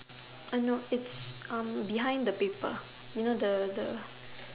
I know it's erm behind the paper you know the the